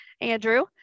Andrew